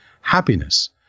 happiness